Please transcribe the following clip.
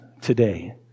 today